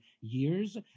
years